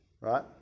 right